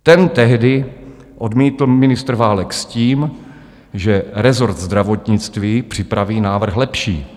Ten tehdy odmítl ministr Válek s tím, že rezort zdravotnictví připraví návrh lepší.